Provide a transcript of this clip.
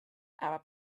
arab